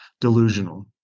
delusional